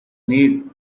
need